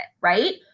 right